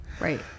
right